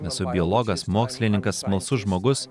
esu biologas mokslininkas smalsus žmogus